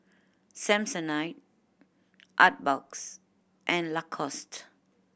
Samsonite Artbox and Lacoste